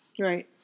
Right